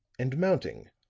and mounting,